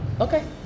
Okay